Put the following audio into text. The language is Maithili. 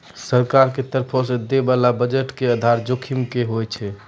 सरकार के तरफो से दै बाला बजट के आधार जोखिम कि होय छै?